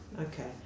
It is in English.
Okay